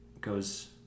goes